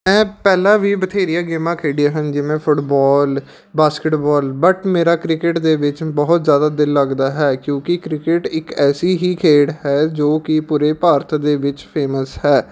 ਮੈਂ ਪਹਿਲਾਂ ਵੀ ਬਥੇਰੀਆਂ ਗੇਮਾਂ ਖੇਡੀਆਂ ਹਨ ਜਿਵੇਂ ਫੁਟਬੋਲ ਬਾਸਕਿਟਬੋਲ ਬਟ ਮੇਰਾ ਕ੍ਰਿਕਟ ਦੇ ਵਿੱਚ ਬਹੁਤ ਜ਼ਿਆਦਾ ਦਿਲ ਲੱਗਦਾ ਹੈ ਕਿਉਂਕਿ ਕ੍ਰਿਕਟ ਇੱਕ ਐਸੀ ਹੀ ਖੇਡ ਹੈ ਜੋ ਕਿ ਪੂਰੇ ਭਾਰਤ ਦੇ ਵਿੱਚ ਫੇਮਸ ਹੈ